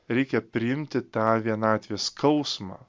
reikia priimti tą vienatvės skausmą